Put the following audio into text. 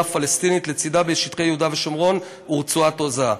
פלסטינית לצדה בשטחי יהודה ושומרון ורצועת-עזה.